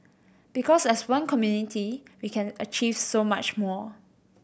because as one community we can achieve so much more